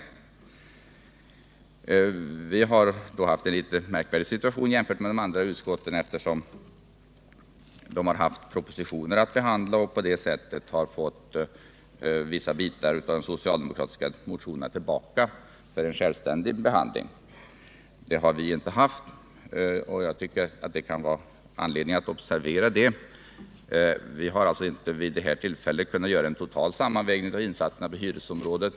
Civilutskottet har haft en något märkvärdig situation jämfört med de andra utskotten, eftersom de har haft propositioner att behandla och på det sättet har fått vissa bitar av de socialdemokratiska motionerna tillbaka för en självständig behandling. Så har inte varit förhållandet för civilutskottet — det kan finnas anledning att observera detta. Vi har alltså inte vid detta tillfälle kunnat göra en total sammanvägning av insatserna på hyresområdet.